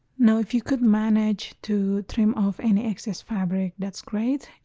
now if you could manage to trim off any excess fabric that's great.